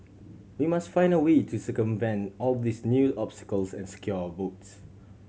we must find a way to circumvent all these new obstacles and secure our votes